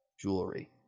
jewelry